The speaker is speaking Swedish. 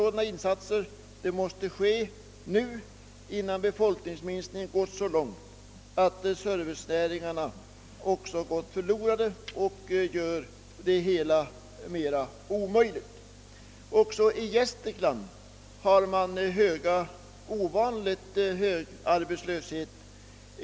De insatserna måste emellertid göras nu, innan befolkningsminskningen gått så långt att servicenäringarna försvunnit, ty sedan blir det nästan omöjligt att reparera skadan. Även i Gästrikland är arbetslösheten ovanligt stor.